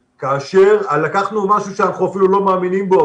כאשר לקחנו משהו שאנחנו אפילו לא מאמינים בו,